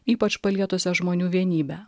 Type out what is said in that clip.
ypač palietusias žmonių vienybę